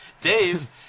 dave